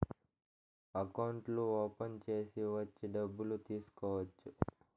అకౌంట్లు ఓపెన్ చేసి వచ్చి డబ్బులు తీసుకోవచ్చు